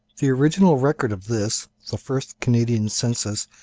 the original record of this, the first canadian census,